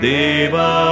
Deva